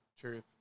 Truth